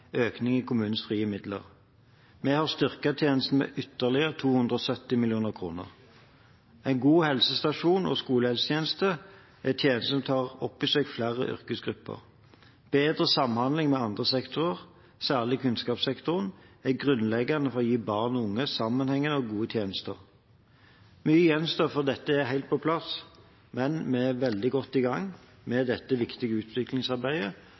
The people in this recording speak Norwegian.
økning i kommunenes frie midler. Vi har styrket tjenestene med ytterligere 270 mill. kr. En god helsestasjons- og skolehelsetjeneste er tjenester som tar opp i seg flere yrkesgrupper. Bedre samhandling med andre sektorer, særlig kunnskapssektoren, er grunnleggende for å gi barn og unge sammenhengende og gode tjenester. Mye gjenstår før dette er helt på plass, men vi er veldig godt i gang med dette viktige utviklingsarbeidet.